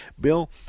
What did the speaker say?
Bill